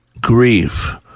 Grief